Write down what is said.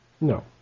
No